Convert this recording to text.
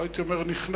לא הייתי אומר נכנסים,